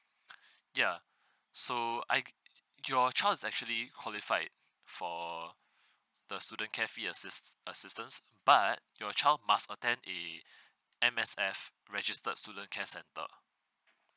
ya so I your child is actually qualified for the student care fee assists assistance but your child must attend a M_S_F registered student care center